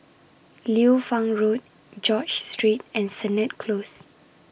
Liu Fang Road George Street and Sennett Close